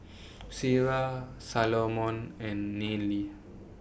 Ciera Salomon and Nealie